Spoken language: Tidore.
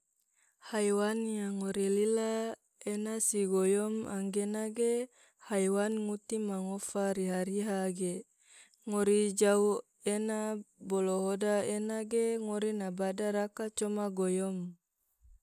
haiwan yang ngori lila ena si goyom anggena ge haiwan nguti ma ngofa riha riha ge, ngori jau ena bolo hoda ena ge ngori na bada raka coma goyom.